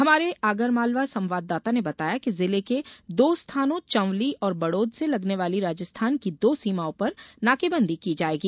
हमारे आगरमाालवा संवाददाता ने बताया कि जिले के दो स्थानों चंवली और बडौद से लगने वाली राजस्थान की दो सीमाओं पर नाकेबंदी की जायेगी